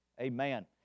Amen